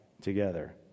together